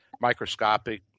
microscopic